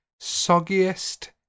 soggiest